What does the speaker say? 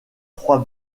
trois